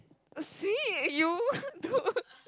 is it you two